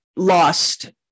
lost